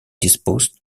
disposed